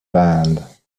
band